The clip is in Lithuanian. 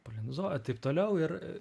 polemizuoja taip toliau ir